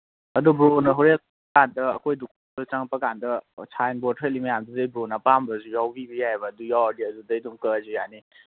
ꯑꯗꯨ ꯕ꯭ꯔꯣꯅ ꯍꯣꯔꯦꯟ ꯀꯥꯟꯗ ꯑꯩꯈꯣꯏ ꯗꯨꯀꯥꯟ ꯆꯪꯉꯛꯄ ꯀꯥꯟꯗ ꯁꯥꯏꯟ ꯕꯣꯔꯠ ꯊꯦꯠꯂꯤ ꯃꯌꯥꯝꯗꯨꯗꯒꯤ ꯕ꯭ꯔꯣꯅ ꯑꯄꯥꯝꯕꯁꯨ ꯌꯥꯎꯕꯤꯕ ꯌꯥꯏꯌꯦꯕ ꯑꯗꯨ ꯌꯥꯎꯔꯗꯤ ꯑꯗꯨꯗꯒꯤ ꯑꯗꯨꯝ ꯀꯛꯑꯁꯨ ꯌꯥꯅꯤ